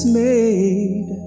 made